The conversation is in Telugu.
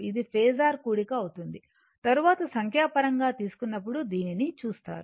ఇది ఫేసర్ కూడిక అవుతుంది తరువాత సంఖ్యాపరంగా తీసుకున్నప్పుడు దీనిని చూస్తారు